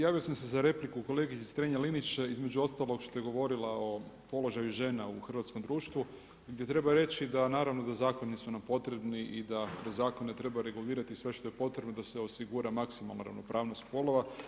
Javio sam se za repliku kolegici Strenja-Linić između ostalog što je govorila o položaju žena u hrvatskom društvu gdje treba reći da naravno da zakoni su nam potrebni i da kroz zakone treba regulirati sve što je potrebno da se osigura maksimum ravnopravnost spolova.